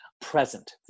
present